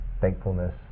thankfulness